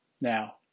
Now